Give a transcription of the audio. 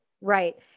Right